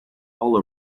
all